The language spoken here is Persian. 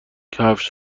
کفش